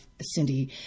Cindy